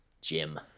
Jim